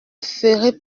ferez